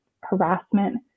harassment